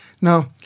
Now